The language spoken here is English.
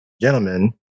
Gentlemen